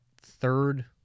third